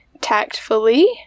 tactfully